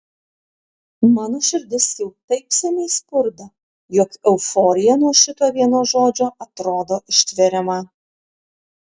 mano širdis jau taip seniai spurda jog euforija nuo šito vieno žodžio atrodo ištveriama